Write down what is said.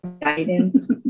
guidance